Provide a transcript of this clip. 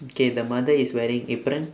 mm K the mother is wearing apron